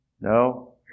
No